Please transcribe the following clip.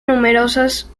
numerosas